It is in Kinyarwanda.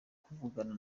kuvugana